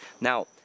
Now